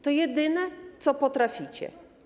To jedyne, co potraficie.